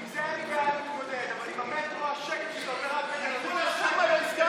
זה עובר את ה-24, פתח תקווה, פשוט לגמרי.